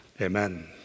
Amen